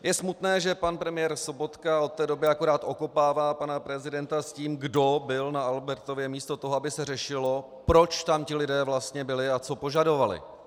Je smutné, že pan premiér Sobotka od té doby akorát okopává pana prezidenta s tím, kdo byl na Albertově, místo toho, aby se řešilo, proč tam ti lidé vlastně byli a co požadovali.